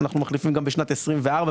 אנחנו מחליפים גם בשנת 24',